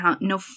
no